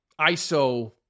iso